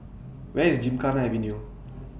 Where IS Gymkhana Avenue